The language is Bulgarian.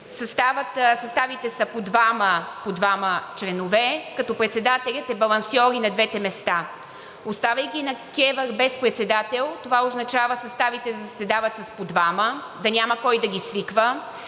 съставите са по двама членове, като председателят е балансьор и на двете места. Оставяйки КЕВР без председател, това означава съставите да заседават с по двама, да няма кой да ги свиква,